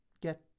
get